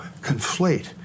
conflate